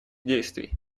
действий